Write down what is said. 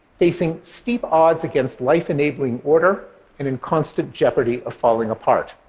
facing steep odds against life-enabling order and in constant jeopardy of falling apart.